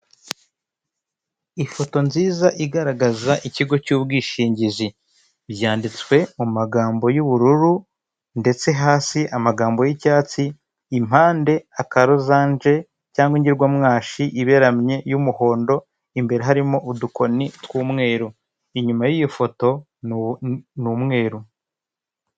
Ifoto nziza igaragaza ikigo cy'ubwishingizi. Byanditswe mu magambo y'ubururu, ndetse hasi amagambo y'icyatsi, impande aka rozanje cyangwa ingirwamwashi iberamye y'umuhondo, imbere harimo udukoni tw'umweru. Inyuma y'iyo foto ni umweru.